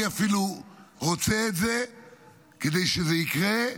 אני אפילו רוצה את זה כדי שזה יקרה,